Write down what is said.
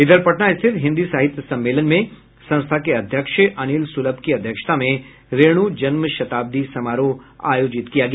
इधर पटना स्थित हिन्दी साहित्य सम्मेलन में संस्था के अध्यक्ष अनिल सुलभ की अध्यक्षता में रेणु जन्म शताब्दी समारोह आयोजित किया गया